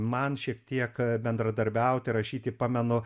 man šiek tiek bendradarbiauti rašyti pamenu